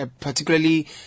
particularly